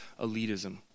elitism